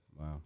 Wow